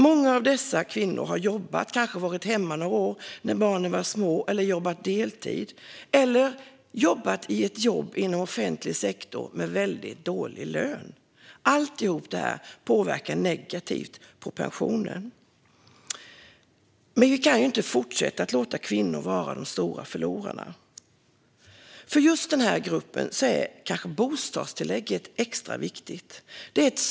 Många av dessa kvinnor har jobbat men kanske varit hemma några år när barnen var små eller jobbat deltid eller haft jobb inom offentlig sektor med dålig lön. Allt detta påverkar pensionen negativt. Vi kan inte fortsätta att låta kvinnor vara de stora förlorarna. För just denna grupp är bostadstillägget extra viktigt.